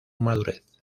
madurez